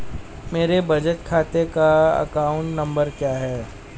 मेरे बचत खाते का अकाउंट नंबर क्या है?